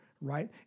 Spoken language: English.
right